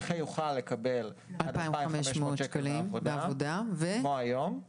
נכה יוכל לקבל 2,500 שקל מעבודה כמו היום,